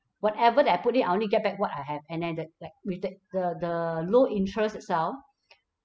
whatever that I put in I only get back what I have and at the like with the the the low interest itself